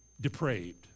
depraved